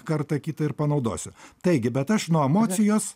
kartą kitą ir panaudosiu taigi bet aš nuo emocijos